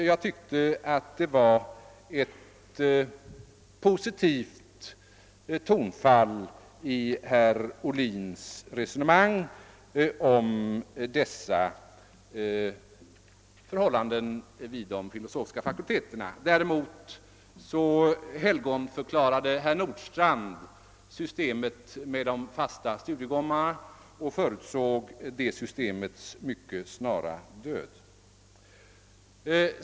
Jag tyckte mig finna ett positivt tonfall i hans resonemang om förhållandena vid de filosofiska fakulteterna. Däremot helgonförklarade herr Nordstrandh först systemet med de fasta studiegångarna och förutsåg sedan dess mycket snara död.